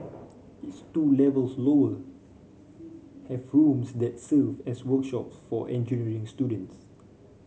its two levels lower have rooms that serve as workshop for engineering students